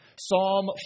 Psalm